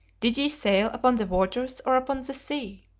did ye sail upon the waters or upon the sea?